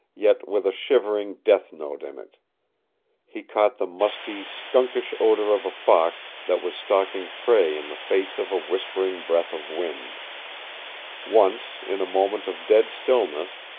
yet with a shivering death-note in it he caught the musky, skunkish odor of a fox that was stalking prey in the face of a whispering breath of wind once, in a moment of dead stillness,